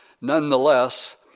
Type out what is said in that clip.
Nonetheless